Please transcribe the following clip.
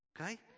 Okay